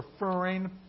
referring